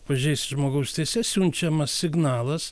pažeist žmogaus teises siunčiamas signalas